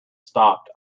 stopped